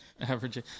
Average